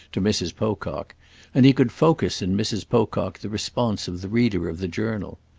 to mrs. pocock and he could focus in mrs. pocock the response of the reader of the journal.